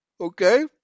Okay